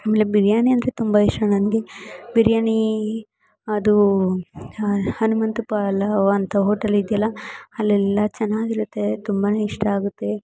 ಆಮೇಲೆ ಬಿರಿಯಾನಿ ಅಂದರೆ ತುಂಬ ಇಷ್ಟ ನನಗೆ ಬಿರಿಯಾನಿ ಅದು ಹನುಮಂತು ಪಲಾವ್ ಅಂತ ಹೋಟೆಲಿದೆಯಲ್ಲ ಅಲ್ಲೆಲ್ಲ ಚೆನ್ನಾಗಿರುತ್ತೆ ತುಂಬಾ ಇಷ್ಟ ಆಗುತ್ತೆ